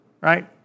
Right